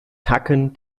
tacken